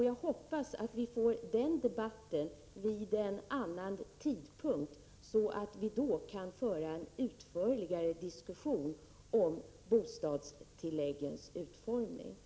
Jag hoppas att vi får en debatt vid en annan tidpunkt så att vi då kan föra en utförlig diskussion om bostadstilläggens utformning.